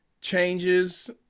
changes